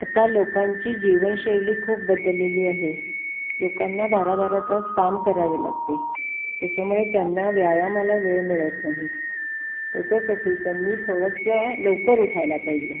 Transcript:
आता लोकांची जीवनशैली खूप बदललेली आहे लोकांना बारा बारा तास काम करावे लागते त्याच्यामुळे त्यांना व्यायामाला वेळ मिळत नाही त्याच्यासाठी त्यांनी थोडंसं लवकर उठायला पाहिजे